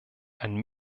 ein